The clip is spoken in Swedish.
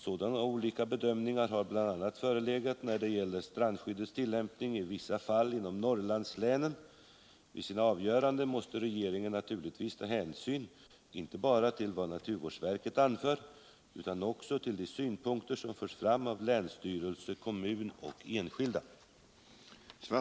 Sådana olika bedömningar har bl.a. förelegat när det gällt strandskyddets tillämpning i vissa fall inom Norrlandslänen. Vid sina avgöranden måste regeringen naturligtvis ta hänsyn inte bara till vad naturvårdsverket anför utan också till de synpunkter som förs fram av länsstyrelse, kommun och enskilda.